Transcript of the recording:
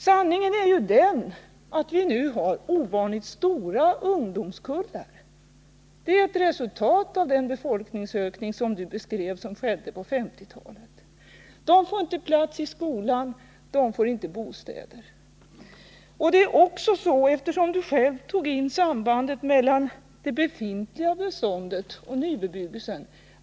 Sanningen är ju den att ungdomskullarna nu är ovanligt stora. Det är ett resultat av den befolkningsökning som Birgit Friggebo beskrev och som skedde på 1950-talet. Det finns inte tillräckligt många platser i skolan för ungdomarna, och de får inte heller bostäder. Birgit Friggebo tog själv upp sambandet mellan det befintliga bostadsbeståndet och nybebyggelsen.